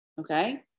okay